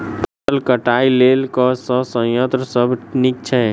फसल कटाई लेल केँ संयंत्र सब नीक छै?